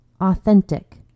authentic